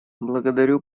благодарю